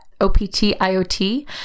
O-P-T-I-O-T